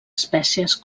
espècies